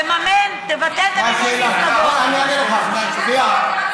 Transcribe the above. תבטל את מימון המפלגות.